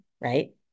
right